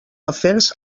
afers